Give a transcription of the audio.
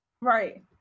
Right